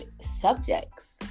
subjects